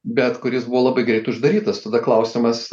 bet kuris buvo labai greit uždarytas tada klausimas